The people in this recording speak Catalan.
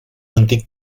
antic